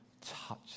Touch